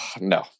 no